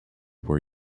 were